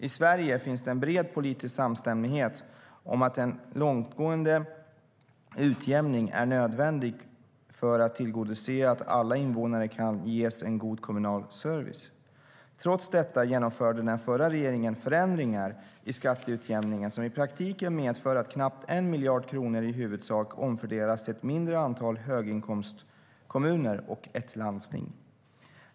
I Sverige finns det en bred politisk samstämmighet om att en långtgående utjämning är nödvändig för att tillgodose att alla invånare kan ges en god kommunal service. Trots detta genomförde den förra regeringen förändringar i skatteutjämningen som i praktiken medför att knappt 1 miljard kronor i huvudsak omfördelas till ett mindre antal höginkomstkommuner och ett landsting.